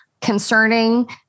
concerning